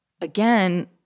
again